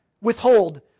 Withhold